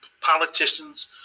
politicians